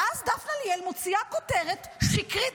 ואז דפנה ליאל מוציאה כותרת שקרית